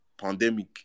pandemic